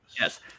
Yes